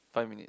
five minutes